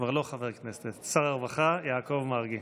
כבר לא חבר כנסת, שר הרווחה יעקב מרגי.